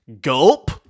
gulp